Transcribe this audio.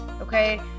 Okay